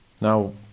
Now